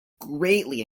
greatly